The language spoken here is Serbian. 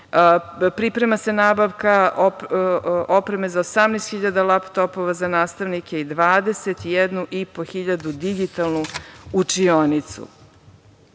Priprema se nabavka opreme za 18.000 laptopova za nastavnike i 21.500 digitalnu učionicu. Deo